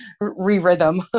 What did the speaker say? re-rhythm